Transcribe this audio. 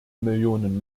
millionen